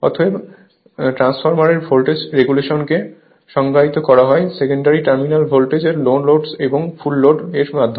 অতএব ট্রান্সফরমারের ভোল্টেজ রেগুলেশনকে সংজ্ঞায়িত করা হয় সেকেন্ডারি টার্মিনাল ভোল্টেজের নো লোড থেকে ফুল লোডে